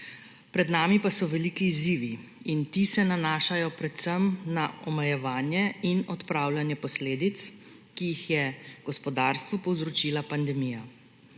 Pred nami pa so veliki izzivi in ti se nanašajo predvsem na omejevanje in odpravljanje posledic, ki jih je gospodarstvu povzročila pandemija.